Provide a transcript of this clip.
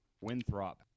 Winthrop